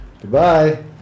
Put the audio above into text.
Goodbye